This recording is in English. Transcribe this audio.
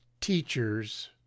teachers